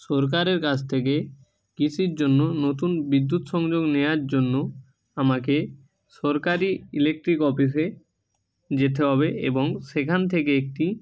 সরকারের কাছ থেকে কৃষির জন্য নতুন বিদ্যুৎ সংযোগ নেওয়ার জন্য আমাকে সরকারি ইলেকট্রিক অফিসে যেতে হবে এবং সেখান থেকে একটি